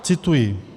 Cituji.